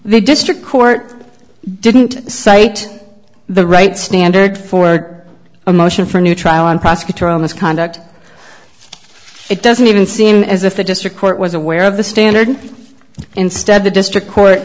the district court didn't cite the right standard for a motion for new trial on prosecutorial misconduct it doesn't even seem as if the district court was aware of the standard and instead the district court